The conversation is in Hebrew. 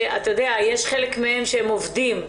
הרי יש חלק מהם שהם עובדים,